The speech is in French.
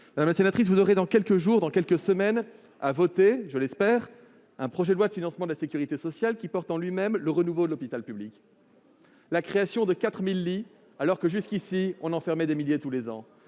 Madame la sénatrice, dans quelques jours, dans quelques semaines, vous voterez- je l'espère -un projet de loi de financement de la sécurité sociale qui porte en lui-même le renouveau de l'hôpital public : création de 4 000 lits- alors que, jusqu'à présent, on en fermait des milliers tous les ans